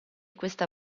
questa